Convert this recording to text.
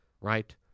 right